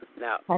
Now